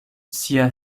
sia